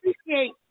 Appreciate